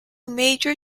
major